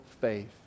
faith